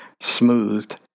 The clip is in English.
smoothed